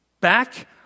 Back